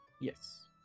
Yes